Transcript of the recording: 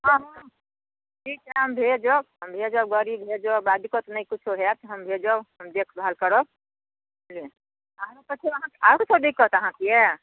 हँ हँ ठीक छै हम भेजब हम भेजब गड़ी भेजब आ दिक्कत नहि किछो होयत हम भेजब हम देखभाल करब आरो किछो दिक्कत आरो किछो दिक्कत अहाँकेँ यऽ